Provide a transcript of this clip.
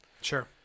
Sure